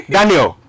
Daniel